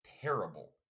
terrible